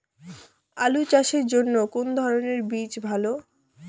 আলু চাষের জন্য কোন ধরণের বীজ ভালো?